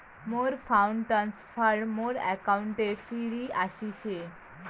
মোর fund transfer মোর অ্যাকাউন্টে ফিরি আশিসে